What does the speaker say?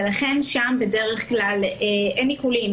ולכן שם בדרך כלל אין עיקולים,